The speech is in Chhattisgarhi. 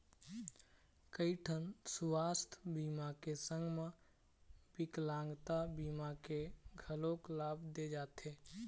कइठन सुवास्थ बीमा के संग म बिकलांगता बीमा के घलोक लाभ दे जाथे